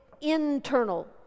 internal